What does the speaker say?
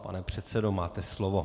Pane předsedo, máte slovo.